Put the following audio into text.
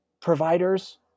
providers